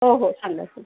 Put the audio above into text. हो हो सांगा सांगा